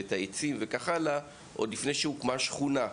את העצים וכך הלאה עוד לפני שהוקמה שכונה,